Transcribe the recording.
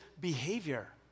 behavior